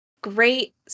Great